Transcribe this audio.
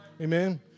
amen